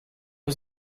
was